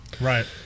Right